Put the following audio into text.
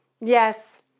Yes